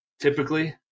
Typically